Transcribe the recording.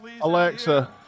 Alexa